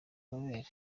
amabere